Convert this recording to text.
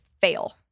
fail